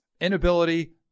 inability